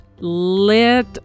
Let